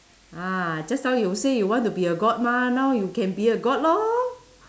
ah just now you say you want to be a god mah now you can be a god lor